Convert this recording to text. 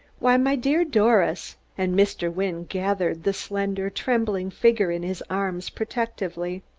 why, my dear doris, and mr. wynne gathered the slender, trembling figure in his arms protectingly,